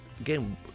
again